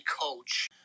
coach